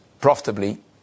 profitably